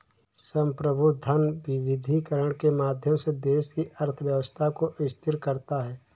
संप्रभु धन विविधीकरण के माध्यम से देश की अर्थव्यवस्था को स्थिर करता है